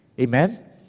Amen